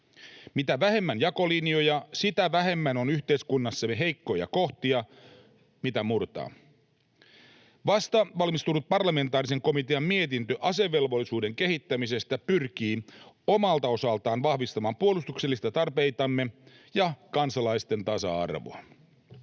Mitä vähemmän jakolinjoja, sitä vähemmän on yhteiskunnassamme heikkoja kohtia, mitä murtaa. Vastavalmistunut parlamentaarisen komitean mietintö asevelvollisuuden kehittämisestä pyrkii omalta osaltaan vahvistamaan puolustuksellisia tarpeitamme ja kansalaisten tasa-arvoa.